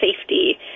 safety